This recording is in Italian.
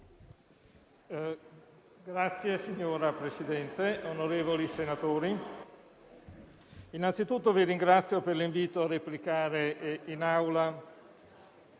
finanze*. Signor Presidente, onorevoli senatori, anzitutto vi ringrazio per l'invito a replicare in